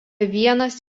vienas